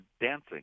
dancing